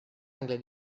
angle